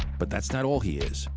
but that's not all he is.